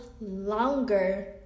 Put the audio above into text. longer